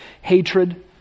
hatred